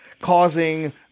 causing